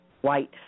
white